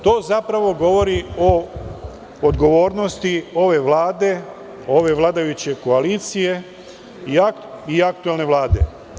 To zapravo govori o odgovornosti ove Vlade, ove vladajuće koalicije i aktuelne Vlade.